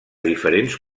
diferents